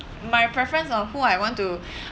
my preference of who I want to mm